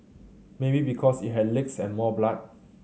maybe because it had legs and more blood